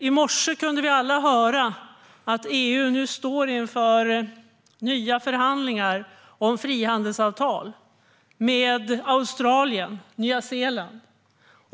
I morse kunde vi höra att EU står inför nya förhandlingar om frihandelsavtal med Australien och Nya Zeeland.